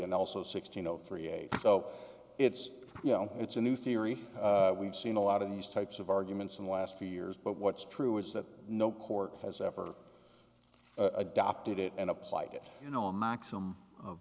and also sixteen zero three eight so it's you know it's a new theory we've seen a lot of these types of arguments in the last few years but what's true is that no court has ever adopted it and applied it you know a maximum of